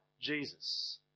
Jesus